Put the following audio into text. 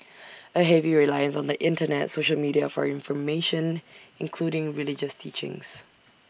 A heavy reliance on the Internet social media for information including religious teachings